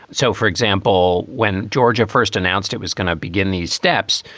so, for example, when georgia first announced it was going to begin these steps,